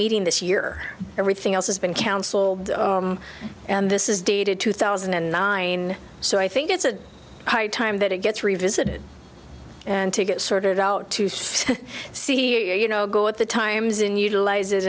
meeting this year everything else has been counsel and this is dated two thousand and nine so i think it's a hard time that it gets revisited and to get sorted out to see you know go with the times in utilizes i